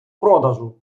продажу